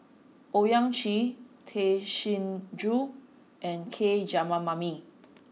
Owyang Chi Tay Chin Joo and K Jayamani